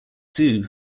zoo